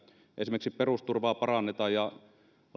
esimerkiksi perusturvaa parannetaan